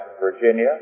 Virginia